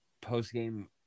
post-game